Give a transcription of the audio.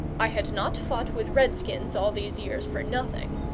i had not fought with red-skins all these years for nothing.